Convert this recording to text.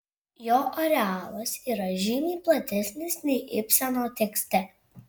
jo arealas yra žymiai platesnis nei ibseno tekste